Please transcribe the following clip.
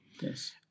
Yes